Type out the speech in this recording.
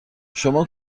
شما